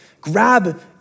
Grab